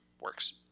works